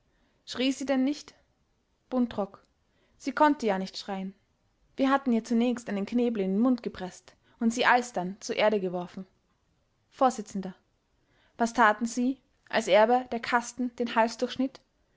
schrie sie denn nicht buntrock sie konnte ja nicht schreien wir hatten ihr zunächst einen knebel in den mund gepreßt und sie alsdann zur erde geworfen vors was taten sie als erbe der kasten den hals durchschnitt